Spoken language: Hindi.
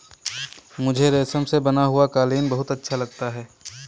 मुझे रेशम से बना हुआ कालीन बहुत अच्छा लगता है